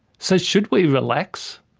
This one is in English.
so should we relax?